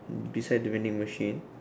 beside the vending machine